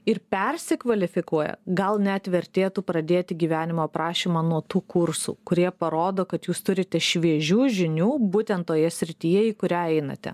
ir persikvalifikuoja gal net vertėtų pradėti gyvenimo aprašymą nuo tų kursų kurie parodo kad jūs turite šviežių žinių būtent toje srityje į kurią einate